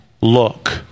look